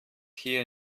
hier